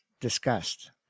discussed